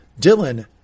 Dylan